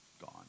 gone